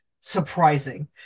surprising